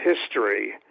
history